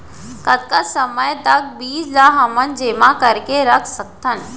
कतका समय तक बीज ला हमन जेमा करके रख सकथन?